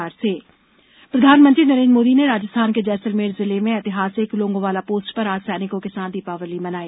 PM Deepawali प्रधानमंत्री नरेंद्र मोदी ने राजस्थान के जैसलमेर जिले में ऐतिहासिक लोंगोवाल पोस्ट पर आज सैनिकों के साथ दीपावली मनाई